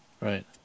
Right